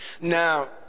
Now